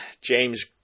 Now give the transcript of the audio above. James